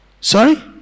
Sorry